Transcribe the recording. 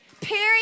Period